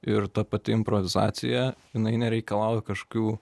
ir ta pati improvizacija jinai nereikalauja kažkokių